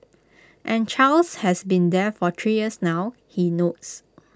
and Charles has been there for three years now he notes